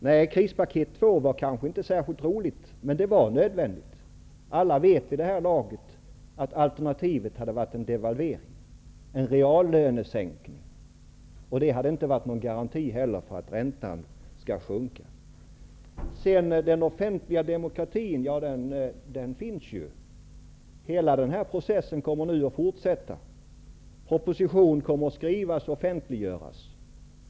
Nej, krispaket två var kanske inte särskilt roligt. Men det var nödvändigt. Alla vet vid det här laget att alternativet hade varit en devalvering, en reallönesänkning. Det hade inte heller varit någon garanti för att räntorna skulle sjunka. Den offentliga demokratin finns ju. Hela denna process kommer att fortsätta. En proposition kommer att skrivas och offentliggöras.